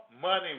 money